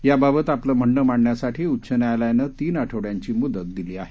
याबाबत आपलं म्हणणं मांडण्यासाठी उच्च न्यायालयानं तीन आठवड्यांची मुदत दिली आहे